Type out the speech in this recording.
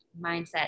Mindset